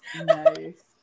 Nice